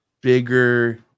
bigger